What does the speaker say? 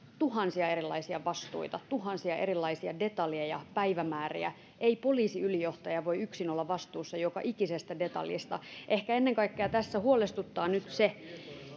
tuhansia erilaisia vastuita tuhansia erilaisia detaljeja ja päivämääriä ei poliisiylijohtaja voi yksin olla vastuussa joka ikisestä detaljista ehkä ennen kaikkea tässä huolestuttaa nyt se